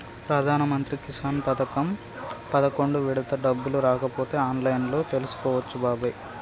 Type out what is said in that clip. ప్రధానమంత్రి కిసాన్ పథకం పదకొండు విడత డబ్బులు రాకపోతే ఆన్లైన్లో తెలుసుకోవచ్చు బాబాయి